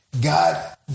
God